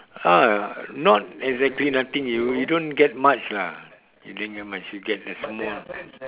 uh not exactly nothing you you don't get much lah you don't get much you get the small